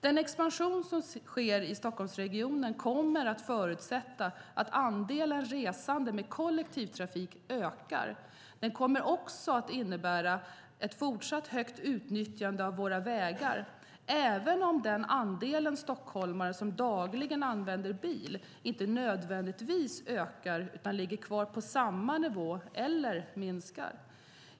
Den expansion som sker i Stockholmsregionen kommer att förutsätta att andelen resande med kollektivtrafik ökar. Det kommer också att innebära ett fortsatt högt utnyttjande av våra vägar även om den andel stockholmare som dagligen använder bil inte nödvändigtvis ökar utan ligger kvar på samma nivå eller minskar.